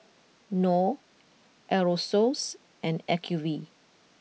Knorr Aerosoles and Acuvue